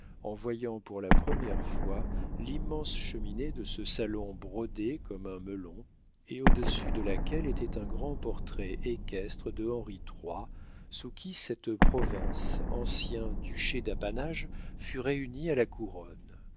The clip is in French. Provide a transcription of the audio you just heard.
en voyant pour la première fois l'immense cheminée de ce salon brodée comme un melon et au-dessus de laquelle était un grand portrait équestre de henri iii sous qui cette province ancien duché d'apanage fut réunie à la couronne